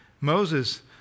Moses